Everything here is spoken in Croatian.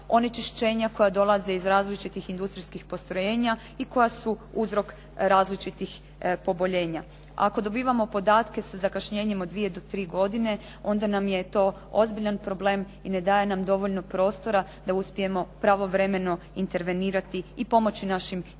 onečišćenja koja dolaze iz različitih industrijskih postrojenja i koja su uzrok različitih poboljenja. Ako dobivamo podatke sa zakašnjenjem od dvije do tri godine, onda nam je to ozbiljan problem i ne daje nam dovoljno prostora da uspijemo pravovremeno intervenirati i pomoći našim građanima,